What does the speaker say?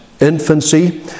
infancy